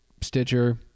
Stitcher